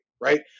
right